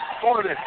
Forty